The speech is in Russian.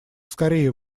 скорее